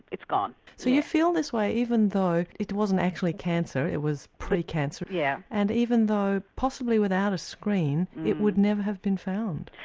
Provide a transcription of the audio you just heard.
it's gone. so you feel this way even though it wasn't actually cancer, it was pre-cancer. yeah and even though possibly without a screen it would never have been found?